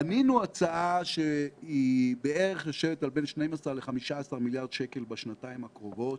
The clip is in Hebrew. בנינו הצעה שיושבת בערך על 12 15 מיליארד שקל בשנתיים הקרובות,